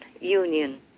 union